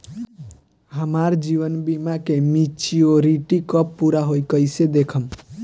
हमार जीवन बीमा के मेचीयोरिटी कब पूरा होई कईसे देखम्?